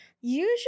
usually